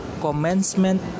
commencement